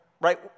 right